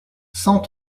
cent